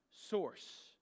Source